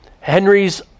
Henry's